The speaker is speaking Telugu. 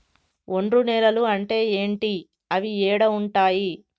ఒండ్రు నేలలు అంటే ఏంటి? అవి ఏడ ఉంటాయి?